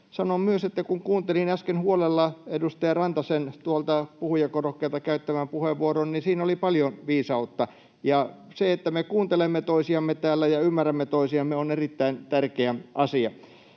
Sanon myös, että kun kuuntelin äsken huolella edustaja Rantasen puhujakorokkeelta käyttämän puheenvuoron, niin siinä oli paljon viisautta. Se, että me kuuntelemme toisiamme täällä ja ymmärrämme toisiamme, on erittäin tärkeä asia.